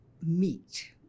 meet